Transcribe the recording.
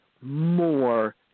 more